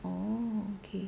oh okay